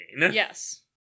yes